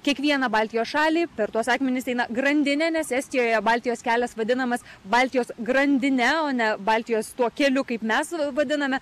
kiekvieną baltijos šalį per tuos akmenis eina grandinė nes estijoje baltijos kelias vadinamas baltijos grandine o ne baltijos tuo keliu kaip mes vadiname